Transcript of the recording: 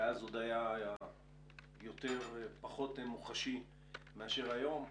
שאז עוד היה פחות מוחשי מאשר היום,